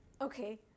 Okay